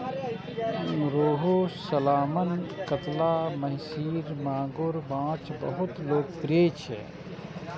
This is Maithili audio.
रोहू, सालमन, कतला, महसीर, मांगुर माछ बहुत लोकप्रिय छै